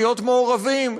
להיות מעורבים,